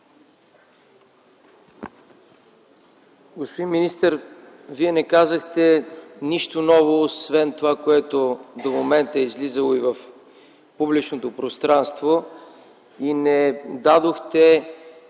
Господин министър, Вие не казахте нищо ново, освен това, което до момента е излизало в публичното пространство, и не дадохте